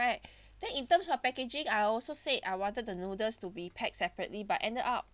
then in terms of packaging I also say I wanted the noodles to be packed separately but ended up